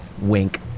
Wink